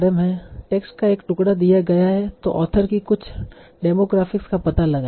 text का एक टुकड़ा दिया गया है तों ऑथर की कुछ डेमोग्राफ़िक्स का पता लगाएं